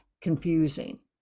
confusing